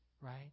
right